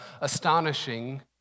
astonishing